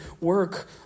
work